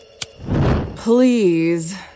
Please